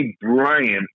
Bryant